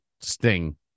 Sting